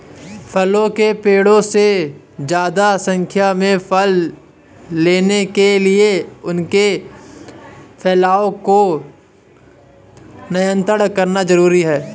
फलों के पेड़ों से ज्यादा संख्या में फल लेने के लिए उनके फैलाव को नयन्त्रित करना जरुरी है